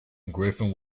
griffin